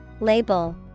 Label